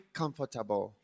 comfortable